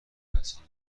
تاثیر